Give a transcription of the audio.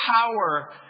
power